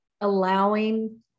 allowing